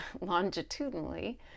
longitudinally